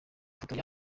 amafoto